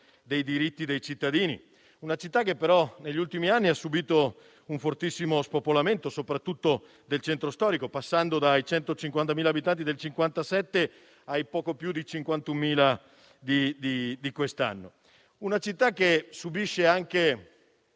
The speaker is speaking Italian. dei diritti dei cittadini. Si tratta di una città che però, negli ultimi anni, ha subito un fortissimo spopolamento, soprattutto nel centro storico, passando dai 150.000 abitanti del 1957 ai poco più di 51.000 di quest'anno; una città che subisce anche